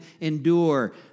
endure